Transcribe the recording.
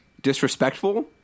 disrespectful